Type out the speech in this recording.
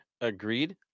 Agreed